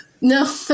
No